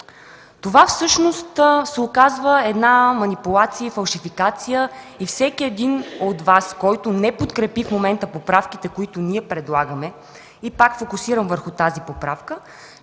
тук, всъщност се оказва манипулация и фалшификация и всеки от Вас, който не подкрепи в момента поправките, които ние предлагаме (пак фокусирам върху тази поправка),